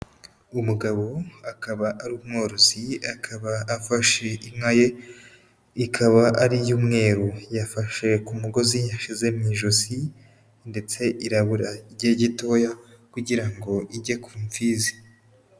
Umugabo akaba ari umworozi, akaba afashe inka ye, ikaba ari iy'umweru. Yafashe ku mugozi yashyize mu ijosi ndetse irabura igihe gitoya kugira ngo ijye ku mfizi.